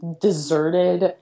deserted